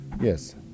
yes